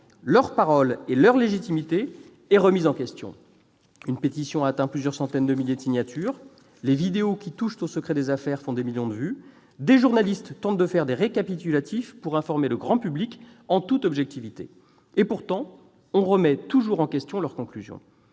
leur parole et leur légitimité sont remises en question. Une pétition a atteint plusieurs centaines de milliers de signatures ; les vidéos qui touchent au secret des affaires font des millions de vues ; des journalistes tentent de produire des récapitulatifs pour informer le grand public en toute objectivité. Pourtant, on remet toujours en question leurs conclusions